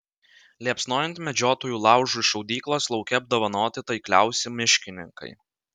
liepsnojant medžiotojų laužui šaudyklos lauke apdovanoti taikliausi miškininkai